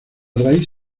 raíz